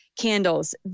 candles